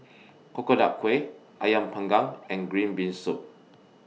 Coconut Kuih Ayam Panggang and Green Bean Soup